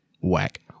Whack